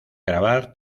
grabar